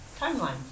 timeline